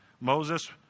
Moses